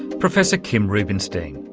professor kim rubenstein,